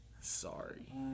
Sorry